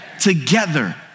Together